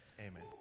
Amen